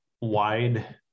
wide